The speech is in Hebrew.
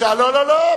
לא, לא.